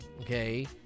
okay